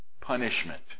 punishment